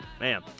man